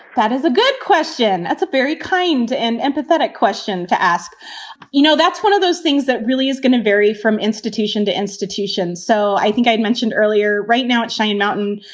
that is a good question. that's a very kind and empathetic question to ask you know, that's one of those things that really is going to vary from institution to institution so i think i mentioned earlier right now at shinin mountain,